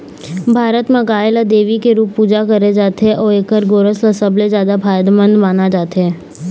भारत म गाय ल देवी के रूप पूजा करे जाथे अउ एखर गोरस ल सबले जादा फायदामंद माने जाथे